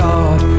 God